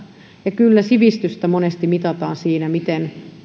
ja kyllä sivistystä monesti mitataan sillä miten